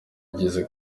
igeze